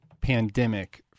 pandemic